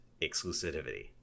exclusivity